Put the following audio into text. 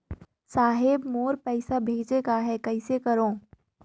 साहेब मोर पइसा भेजेक आहे, कइसे करो?